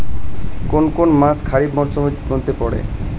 কোন কোন মাস খরিফ মরসুমের মধ্যে পড়ে?